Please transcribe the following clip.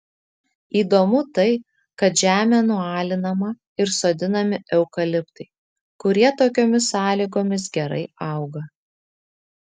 įdomu tai kad žemė nualinama ir sodinami eukaliptai kurie tokiomis sąlygomis gerai auga